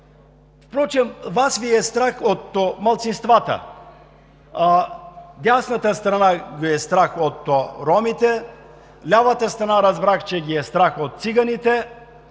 страх. Вас Ви е страх от малцинствата. Дясната страна я е страх от ромите, лявата страна разбрах, че ги е страх от циганите,